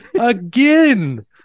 again